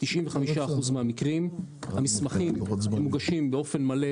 95% מהמקרים המסמכים מוגשים באופן מלא,